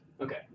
Okay